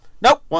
Nope